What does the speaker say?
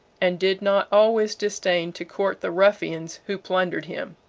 and did not always disdain to court the ruffians who plundered him.